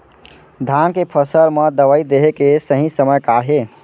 धान के फसल मा दवई देहे के सही समय का हे?